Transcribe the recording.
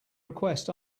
request